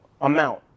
amount